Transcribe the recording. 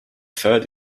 third